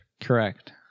Correct